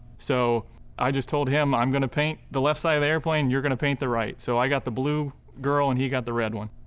so i just told him, i'm gonna paint the left side of the airplane and you're gonna paint the right. so i got the blue girl and he got the red one.